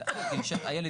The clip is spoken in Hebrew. כן.